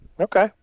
Okay